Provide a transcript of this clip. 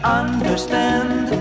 understand